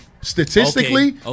statistically